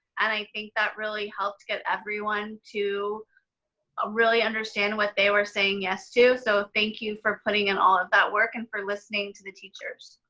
and i think that really helped get everyone to ah really understand what they were saying yes to. so thank you for putting in all of that work and for listening to the teachers.